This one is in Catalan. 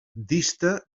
dista